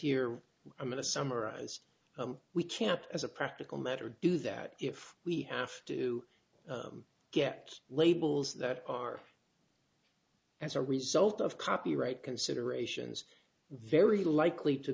here i'm going to summarize what we kept as a practical matter do that if we have to get labels that are as a result of copyright considerations very likely to